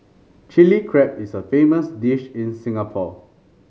Chilli Crab is a famous dish in Singapore